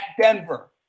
Denver